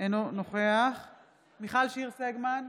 אינו נוכח מיכל שיר סגמן,